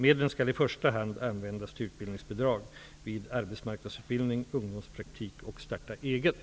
Medlen skall i första hand användas till utbildningsbidrag vid arbetsmarknadsutbildning, ungdomspraktik och starta eget.